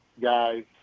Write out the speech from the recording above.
guys